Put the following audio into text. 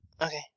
Okay